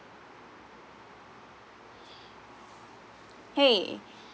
!hey!